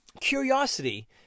curiosity